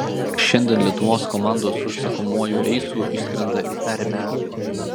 šiandien lietuvos komandos užsakomuoju reisu išskrenda į permę